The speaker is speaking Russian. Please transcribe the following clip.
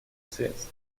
средств